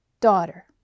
Daughter